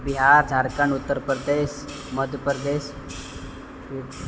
Bihar Jharkhand Uttar Pradesh Madhya Pradesh